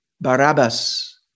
Barabbas